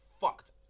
fucked